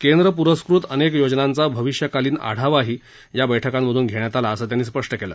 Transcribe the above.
केंद्र पुरस्कृत अनेक योजनांचा भविष्यकालीन आढावाही या बैठकांमधून घेण्यात आला असं त्यांनी स्पष्ट केलं